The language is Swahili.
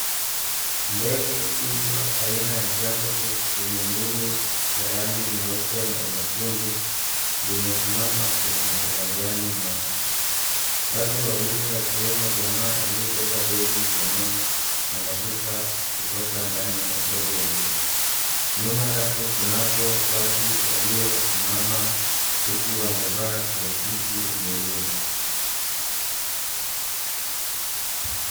Ndege kubwa aina ya Jambo Jet yenye mwili ya rangi nyeupe na nyekundu limesimama kwenye uwanjani mwake. Watu wawili, akiwemo jamaa aliyebeba begi mkononi, wanashuka kutoka ndani ya ndege lile. Nyuma lake kunako watu waliosimama huku wamevaa kiakisi mwilini.